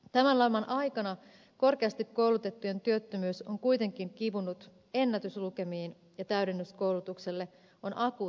tämän laman aikana korkeasti koulutettujen työttömyys on kuitenkin kivunnut ennätyslukemiin ja täydennyskoulutukselle on akuutti tarve